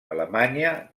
alemanya